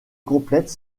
complète